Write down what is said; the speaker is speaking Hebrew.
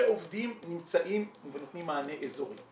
שעובדים נמצאים ונותנים מענה אזורי,